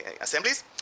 assemblies